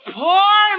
poor